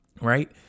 right